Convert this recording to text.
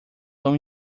tão